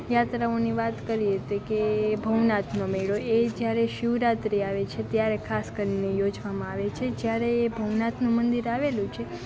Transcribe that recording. યાત્રાઓની વાત કરીએ તે કે ભવનાથનો મેળો એ જ્યારે શિવરાત્રિ આવે છે ત્યારે ખાસ કરીને યોજવામાં આવે છે જ્યારે એ ભવનાથનું મંદિર આવેલું છે